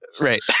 right